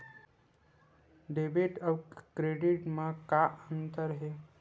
Debit अउ credit म का अंतर हे?